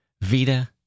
Vita